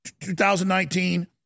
2019